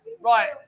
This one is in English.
Right